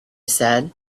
said